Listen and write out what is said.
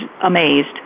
amazed